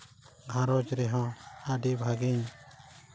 ᱜᱷᱟᱨᱚᱸᱡᱽ ᱨᱮᱦᱚᱸ ᱟᱹᱰᱤ ᱵᱷᱟᱹᱜᱤᱧ